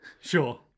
Sure